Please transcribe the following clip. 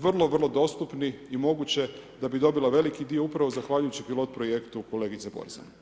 vrlo, vrlo dostupni i moguće da bi dobila veliki dio upravo zahvaljujući pilot projektu kolegice Borzan.